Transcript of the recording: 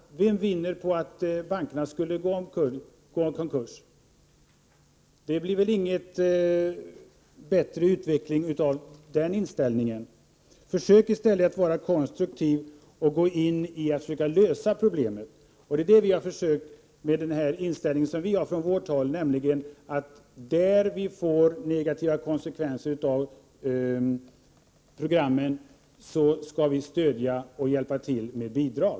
Vem vinner på att bankerna skulle gå i konkurs? En sådan inställning leder väl inte till någon bättre utveckling. Försök att i stället vara konstruktiv och gå in för att försöka lösa problemet. Den inställningen har vi från vårt håll. När vi får negativa konsekvenser till följd av programmen skall vi stödja och hjälpa till med bidrag.